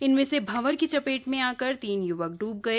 इनमें से भंवर की चपेट में आकर तीन युवक डूब गए